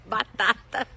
Batata